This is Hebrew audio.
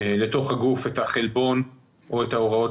לתוך הגוף את החלבון או את ההוראות